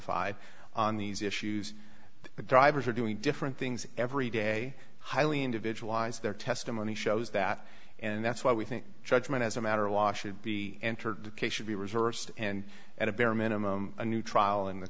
d on these issues the drivers are doing different things every day highly individualized their testimony shows that and that's why we think judgment as a matter of law should be entered the case should be reserved and at a bare minimum a new trial in the